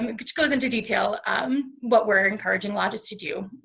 um and which goes into detail um what we're encouraging lodges to do,